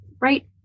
right